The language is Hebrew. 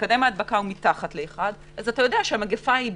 כשמקדם ההדבקה פחות מ-1, המגפה היא בנסיגה.